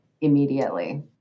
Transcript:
immediately